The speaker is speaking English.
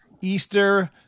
easter